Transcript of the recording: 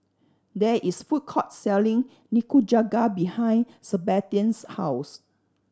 there is a food court selling Nikujaga behind Sabastian's house